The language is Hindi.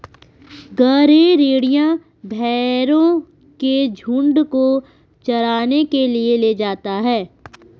गरेड़िया भेंड़ों के झुण्ड को चराने के लिए ले जाता है